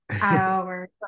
hours